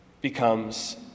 becomes